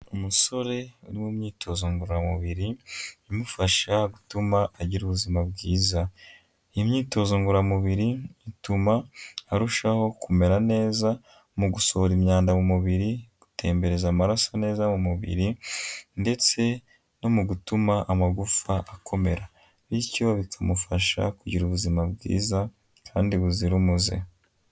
Umusore uri mu myitozo ngororamubiri imufasha gutuma agira ubuzima bwiza, imyitozo ngororamubiri ituma arushaho kumera neza mu gusohora imyanda mu mubiri, gutembereza amaraso neza mu mubiri ndetse no mu gutuma amagufa akomera bityo bikamufasha kugira ubuzima bwiza kandi buzira umuze.